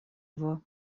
его